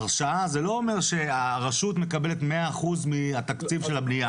הרשאה זה לא אומר שהרשות מקבלת 100 אחוז מהתקציב של הבניה.